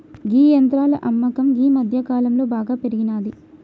గీ యంత్రాల అమ్మకం గీ మధ్యకాలంలో బాగా పెరిగినాది